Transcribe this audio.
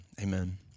Amen